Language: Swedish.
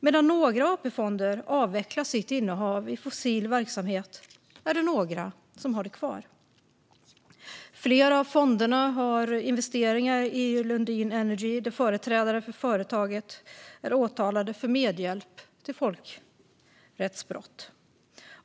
Medan några AP-fonder avvecklat sitt innehav i fossil verksamhet är det några som har det kvar. Flera av fonderna har investeringar i Lundin Energy, där företrädare för företaget är åtalade för medhjälp till folkrättsbrott.